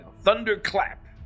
thunderclap